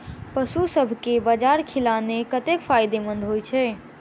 पशुसभ केँ बाजरा खिलानै कतेक फायदेमंद होइ छै?